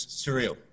surreal